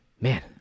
Man